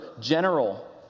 general